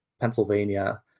Pennsylvania